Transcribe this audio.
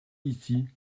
ici